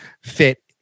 Fit